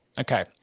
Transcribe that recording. Okay